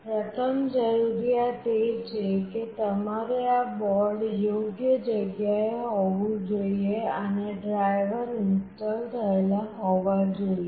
પ્રથમ જરૂરિયાત એ છે કે તમારે આ બોર્ડ યોગ્ય જગ્યાએ હોવું જોઈએ અને ડ્રાઇવર ઇન્સ્ટોલ થયેલા હોવા જોઈએ